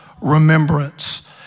remembrance